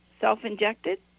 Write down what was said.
self-injected